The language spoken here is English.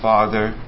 Father